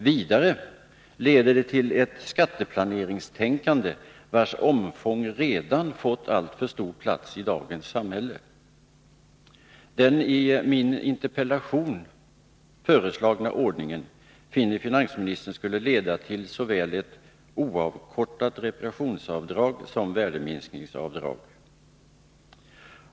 Vidare leder det till ett 27 skatteplaneringstänkande vars omfång redan har fått alltför stor plats i dagens samhälle. ; Den i min interpellation föreslagna ordningen finner finansministern skulle leda till såväl ett oavkortat reparationsavdrag som ett värdeminskningsavdrag.